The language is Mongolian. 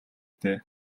дээ